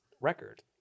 record